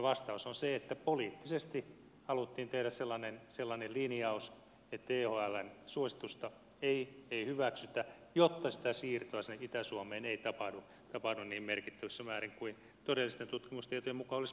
vastaus on se että poliittisesti haluttiin tehdä sellainen linjaus että thln suositusta ei hyväksytä jotta sitä siirtoa sinne itä suomeen ei tapahdu niin merkittävässä määrin kuin todellisten tutkimustietojen mukaan olisi pitänyt tapahtua